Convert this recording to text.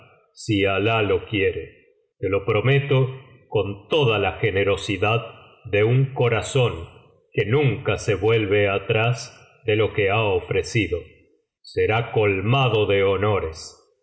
si alah lo quiere te lo prometo con toda la generosidad de un corazón que nunca se vuelve atrás de lo que ha ofrecido será colmado de honores y